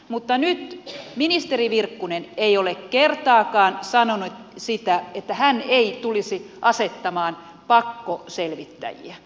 mutta nyt ministeri virkkunen ei ole kertaakaan sanonut sitä että hän ei tulisi asettamaan pakkoselvittäjiä